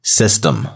system